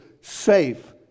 safe